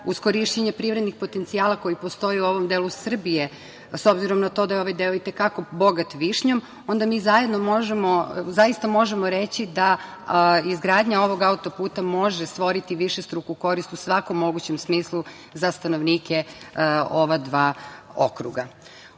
Uz korišćenje prirodnih potencijala koji postoje u ovom delu Srbije, s obzirom na to da je ovaj deo i te kako bogat višnjom, onda mi zaista možemo reći da izgradnja ovog autoputa može stvoriti višestruku korist u svakom mogućem smislu za stanovnike ova dva okruga. Uprkos